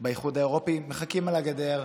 שבאיחוד האירופי מחכים על הגדר,